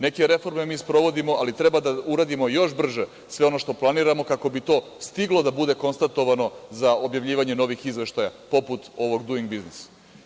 Neke reforme mi sprovodimo ali treba da uradimo još brže sve ono što planiramo, kako bi to stiglo da bude konstatovano za objavljivanje novih izveštaja poput ovog Duing biznis.